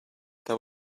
there